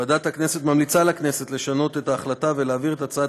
ועדת הכנסת ממליצה לכנסת לשנות את ההחלטה ולהעביר את הצעת